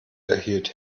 erhielt